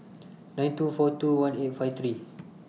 nine two four two one eight five three